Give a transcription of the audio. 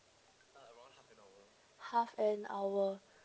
half an hour